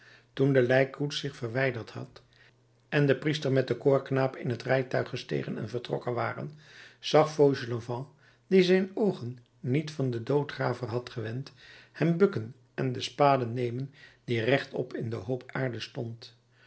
toen de lijkkoets zich verwijderd had en de priester met den koorknaap in het rijtuig gestegen en vertrokken waren zag fauchelevent die zijn oogen niet van den doodgraver had gewend hem bukken en de spade nemen die rechtop in den hoop aarde stond